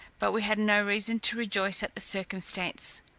but we had no reason to rejoice at the circumstance.